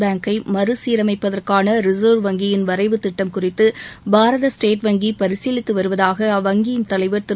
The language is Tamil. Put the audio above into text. பேங்கை மறுசீரமைப்பதற்கான ரிசர்வ் வங்கியின் வரைவுத் திட்டம் குறித்து பாரத ஸ்டேட் வங்கி பரிசீலித்து வருவதாக அவ்வங்கியின் தலைவர் திரு